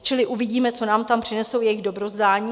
Čili uvidíme, co nám tam přinesou jejich dobrozdání.